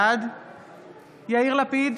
בעד יאיר לפיד,